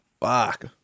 Fuck